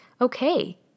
okay